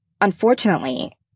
unfortunately